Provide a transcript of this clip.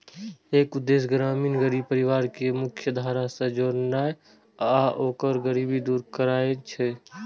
एकर उद्देश्य ग्रामीण गरीब परिवार कें मुख्यधारा सं जोड़नाय आ ओकर गरीबी दूर करनाय छै